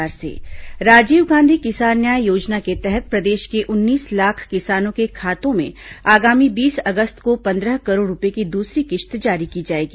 राजीव गांधी किसान न्याय योजना राजीव गांधी किसान न्याय योजना के तहत प्रदेश के उन्नीस लाख किसानों के खातों में आगामी बीस अगस्त को पन्द्रह करोड़ रूपए की दूसरी किश्त जारी की जाएगी